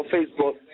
Facebook